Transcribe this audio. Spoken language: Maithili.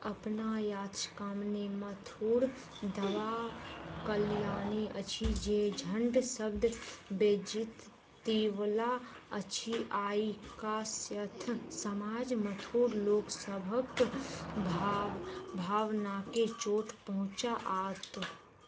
अपना याचिकामे कामिनी माथुर दवा कल्याणी अछि जे झण्ड शब्द बेइज्जतीवला अछि आओर ई कायस्थ समाज माथुर लोकसभके भाव भावनाकेँ चोट पहुँचाओत